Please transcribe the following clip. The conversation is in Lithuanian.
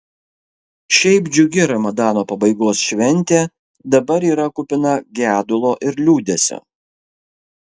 šiaip džiugi ramadano pabaigos šventė dabar yra kupina gedulo ir liūdesio